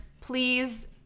Please